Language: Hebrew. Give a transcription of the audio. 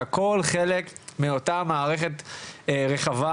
הכול חלק מאותה מערכת רחבה